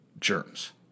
germs